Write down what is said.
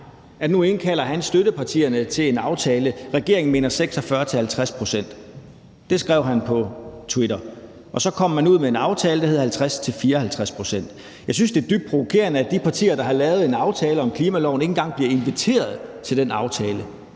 at nu indkalder han støttepartierne til at indgå en aftale, og regeringen mener, det skal være 46-50 pct. Det skrev han på Twitter, og så kom man ud med en aftale, hvor det var 50-54 pct. Jeg synes, det er dybt provokerende, at de partier, der har lavet en aftale om klimaloven, ikke engang bliver inviteret til indgåelsen